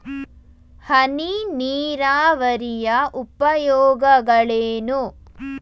ಹನಿ ನೀರಾವರಿಯ ಉಪಯೋಗಗಳೇನು?